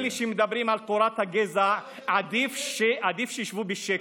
אלה שמדברים על תורת הגזע, עדיף שישבו בשקט.